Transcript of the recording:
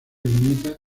limita